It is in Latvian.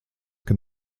kad